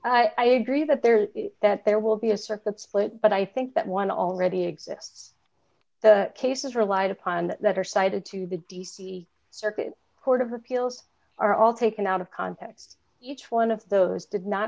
where i agree that there is that there will be a surfeit split but i think that one already exists the cases relied upon that are cited to the d c circuit court of appeals are all taken out of context each one of those did not